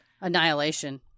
annihilation